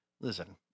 listen